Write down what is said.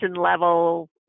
level